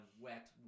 wet